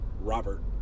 Robert